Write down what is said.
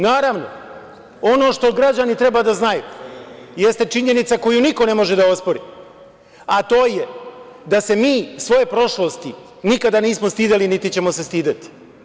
Naravno, ono što građani treba da znaju jeste činjenica koju niko ne može da ospori, a to je da se mi svoje prošlosti nikada nismo stideli niti ćemo se stideti.